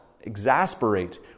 exasperate